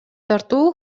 тартуу